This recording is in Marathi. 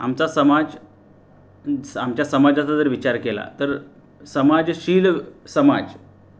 आमचा समाज आमच्या समाजाचा जर विचार केला तर समाजशील समाज